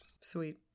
Sweet